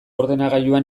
ordenagailuan